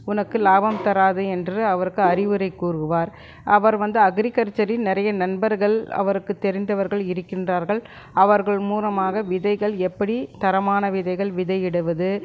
உனக்கு லாபம் தராது என்று அவருக்கு அறிவுரை கூறுவார் அவர் வந்து அக்ரிகல்ச்சரில் நிறைய நண்பர்கள் அவருக்கு தெரிந்தவர்கள் இருக்கின்றார்கள் அவர்கள் மூலமாக விதைகள் எப்படி தரமான விதைகள் விதை இடுவது